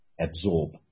absorb